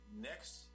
next